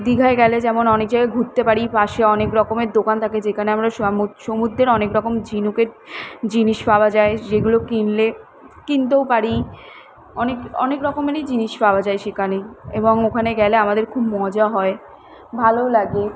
দীঘায় গেলে যেমন অনেক জায়গায় ঘুরতে পারি পাশে অনেক রকমের দোকান থাকে যেখানে আমরা সামু সমুদ্রের অনেক রকম ঝিনুকের জিনিস পাওয়া যায় যেগুলো কিনলে কিনতেও পারি অনেক অনেক রকমেরই জিনিস পাওয়া যায় সেখানে এবং ওখানে গেলে আমাদের খুব মজা হয় ভালোও লাগে